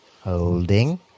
Holding